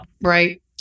Right